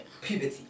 Puberty